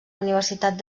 universitat